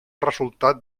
resultant